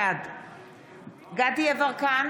בעד דסטה גדי יברקן,